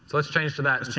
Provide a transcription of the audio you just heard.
so let's change to that.